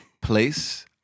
place